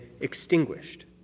extinguished